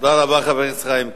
תודה רבה, חבר הכנסת חיים כץ.